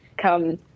come